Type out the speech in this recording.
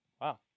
Wow